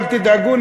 אל תדאגו,